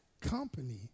company